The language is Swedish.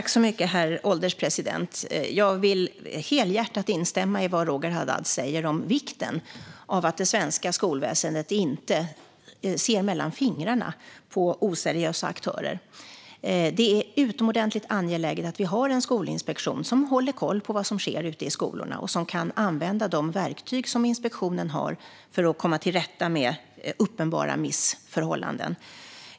Herr ålderspresident! Jag instämmer helhjärtat i det Roger Haddad säger om vikten av att det svenska skolväsendet inte ser mellan fingrarna på oseriösa aktörer. Det är utomordentligt angeläget att vi har en skolinspektion som håller koll på vad som sker ute i skolorna och som kan använda de verktyg som inspektionen har för att komma till rätta med uppenbara missförhållanden.